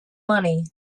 money